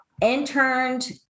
interned